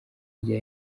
rya